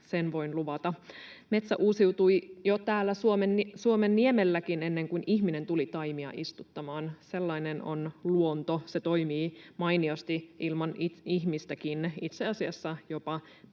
sen voin luvata. Metsä uusiutui jo täällä Suomenniemelläkin ennen kuin ihminen tuli taimia istuttamaan. Sellainen on luonto. Se toimii mainiosti ilman ihmistäkin, itse asiassa jopa